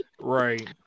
Right